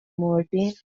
مردیم